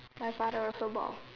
my father also bald